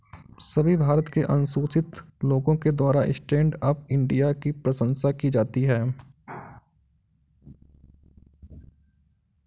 सभी भारत के अनुसूचित लोगों के द्वारा स्टैण्ड अप इंडिया की प्रशंसा की जाती है